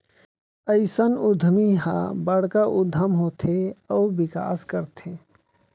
अइसन उद्यमी ह बड़का उद्यम होथे अउ बिकास करथे